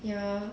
ya